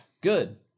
Good